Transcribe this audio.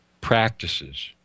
practices